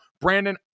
Brandon